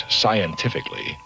scientifically